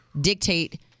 dictate